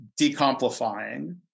decomplifying